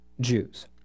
Jews